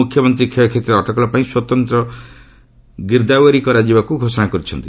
ମୁଖ୍ୟମନ୍ତ୍ରୀ କ୍ଷୟକ୍ଷତିର ଅଟକଳ ପାଇଁ ସ୍ୱତନ୍ତ୍ର କରାଯିବାକୁ ଘୋଷଣା କରିଛନ୍ତି